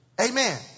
Amen